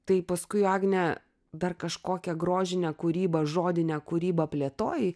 tai paskui agne dar kažkokią grožinę kūrybą žodinę kūrybą plėtojai